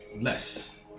Less